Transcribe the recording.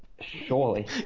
Surely